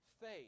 faith